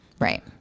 right